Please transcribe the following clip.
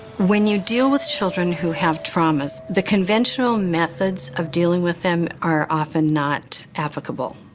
when you deal with children who have trauma, the conventional methods of dealing with them are often not efficable.